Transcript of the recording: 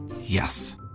Yes